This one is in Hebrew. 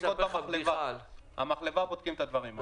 המחלבה בודקת את הדברים האלה.